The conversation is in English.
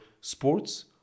sports